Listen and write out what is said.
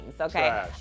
okay